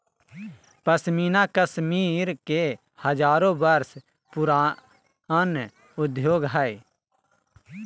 पश्मीना कश्मीर के हजारो वर्ष पुराण उद्योग हइ